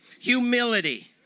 humility